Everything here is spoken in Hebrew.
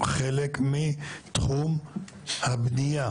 הוציאו מתוך קו תחום הבנייה.